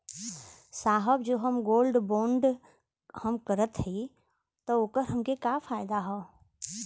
साहब जो हम गोल्ड बोंड हम करत हई त ओकर हमके का फायदा ह?